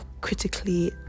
critically